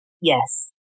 Yes